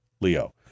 Leo